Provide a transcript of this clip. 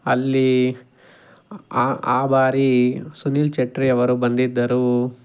ಅಲ್ಲಿ ಆ ಆ ಬಾರಿ ಸುನಿಲ್ ಚೇತ್ರಿ ಅವರು ಬಂದಿದ್ದರು